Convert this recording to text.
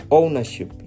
ownership